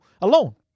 alone